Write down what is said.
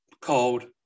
cold